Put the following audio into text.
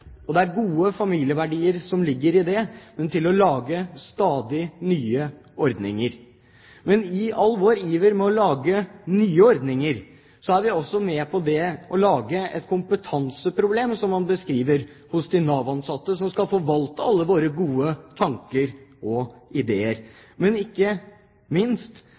Det er gode familieverdier som ligger i det å lage stadig nye ordninger, men i all vår iver etter å lage nye ordninger er vi også med på å lage et kompetanseproblem, slik de Nav-ansatte beskriver det, de som skal forvalte alle våre gode tanker og ideer. Men ikke minst